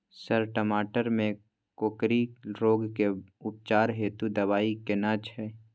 Sir टमाटर में कोकरि रोग के उपचार हेतु दवाई केना छैय?